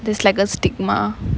there's like a stigma